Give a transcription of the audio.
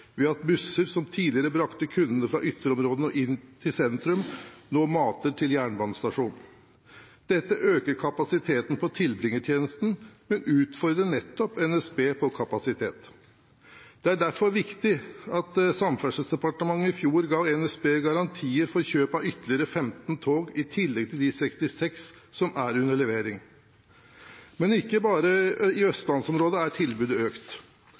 at busser som tidligere brakte kunder fra ytterområdene inn til sentrum, nå mater til en jernbanestasjon. Dette øker kapasiteten på tilbringertjenesten, men utfordrer nettopp NSB på kapasitet. Det var derfor viktig at Samferdselsdepartementet i fjor ga NSB garantier for kjøp av ytterligere 15 tog i tillegg til de 66 som er under levering. Men ikke bare i østlandsområdet er tilbudet økt.